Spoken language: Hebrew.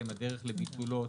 הדרך לביטולו,